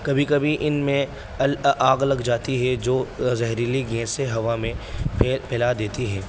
کبھی کبھی ان میں آگ لگ جاتی ہے جو زہریلی گیس سے ہوا میں پھی پھیلا دیتی ہے